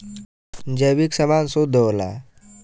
जैविक समान शुद्ध होला